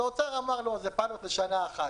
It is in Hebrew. האוצר אמר: לא, זה פיילוט לשנה אחת.